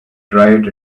dried